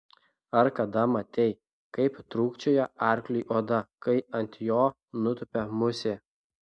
ar kada matei kaip trūkčioja arkliui oda kai ant jo nutupia musė